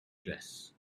dress